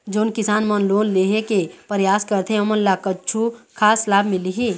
जोन किसान मन लोन लेहे के परयास करथें ओमन ला कछु खास लाभ मिलही?